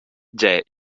gie